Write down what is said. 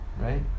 right